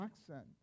accent